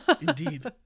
Indeed